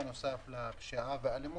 בנוסף לפשיעה והאלימות.